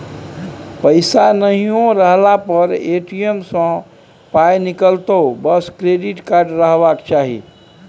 पैसा नहियो रहला पर ए.टी.एम सँ पाय निकलतौ बस क्रेडिट कार्ड रहबाक चाही